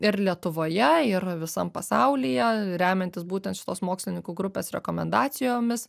ir lietuvoje ir visam pasaulyje remiantis būtent šitos mokslininkų grupės rekomendacijomis